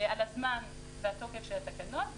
על הזמן והתוקף של התקנות,